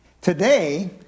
Today